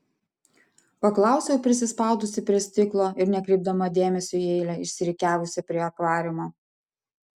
paklausiau prisispaudusi prie stiklo ir nekreipdama dėmesio į eilę išsirikiavusią prie akvariumo